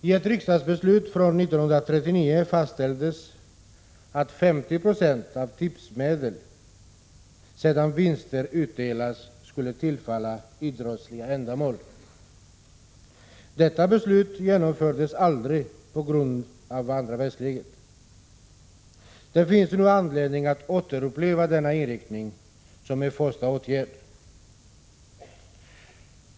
I ett riksdagsbeslut från 1939 fastställdes att 50 96 av tipsmedlen, sedan vinster utdelats, skulle tillfalla idrottsliga ändamål. Detta beslut genomfördes aldrig, på grund av andra världskriget. Det finns nu anledning att återuppliva denna inriktning, som en första åtgärd.